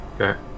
Okay